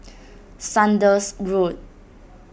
Saunders Road